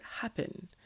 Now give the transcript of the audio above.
happen